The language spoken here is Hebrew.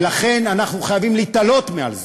ולכן אנחנו חייבים להתעלות מעל זה.